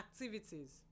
activities